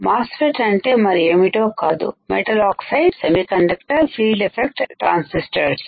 mass ఫెట్ అంటే మరి ఏమిటో కాదు metal oxide semiconductor field effect transistors